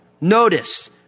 Notice